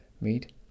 meet